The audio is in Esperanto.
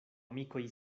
amikoj